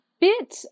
bit